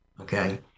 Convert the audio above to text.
okay